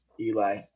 Eli